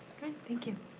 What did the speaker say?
thank you.